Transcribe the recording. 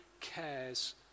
cares